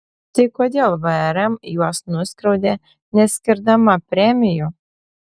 tai kodėl vrm juos nuskriaudė neskirdama premijų